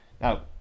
Now